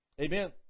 Amen